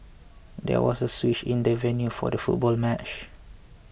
there was a switch in the venue for the football match